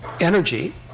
energy